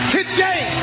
today